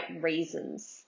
reasons